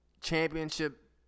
championship